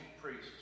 priests